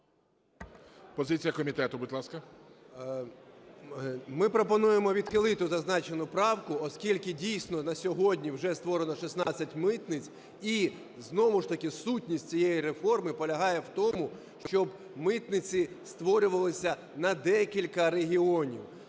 Ми пропонуємо відхилити зазначену правку, оскільки, дійсно, на сьогодні вже створено 16 митниць. І знову ж таки сутність цієї реформи полягає в тому, щоб митниці створювалися на декілька регіонів,